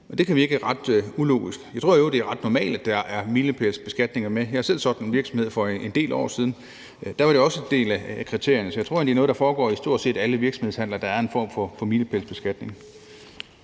det kan virke ret ulogisk. Jeg tror i øvrigt, det er ret normalt, at der er milepælsbeskatninger med. Jeg har selv solgt en virksomhed for en del år siden, og da var det også en del af kriterierne, så jeg tror egentlig, det er noget, der foregår i stort set alle virksomhedshandler – at der er en form for milepælsbeskatning.